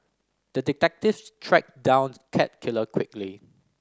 the detective tracked down the cat killer quickly